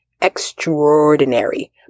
extraordinary